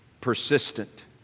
persistent